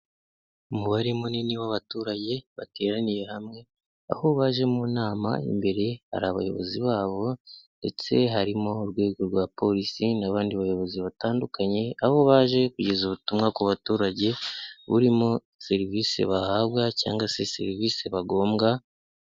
Umubare munini w'abaturage bateraniye hamwe. Aho baje mu nama, imbere hari abayobozi babo ndetse harimo urwego rwa polisi n'abandi bayobozi batandukanye. Aho baje kugeza ubutumwa ku baturage burimo serivisi bahabwa cyangwa se serivisi bagombwa.